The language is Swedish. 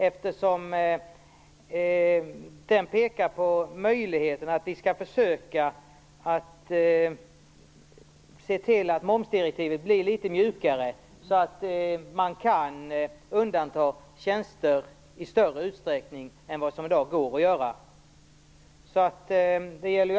I den pekas nämligen på möjligheten att försöka se till att momsdirektivet blir litet mjukare, så att tjänster kan undantas i större utsträckning än i dag.